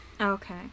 okay